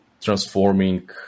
transforming